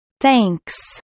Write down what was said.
Thanks